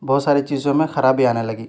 بہت ساری چیزوں میں خرابی آنے لگی